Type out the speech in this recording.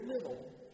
little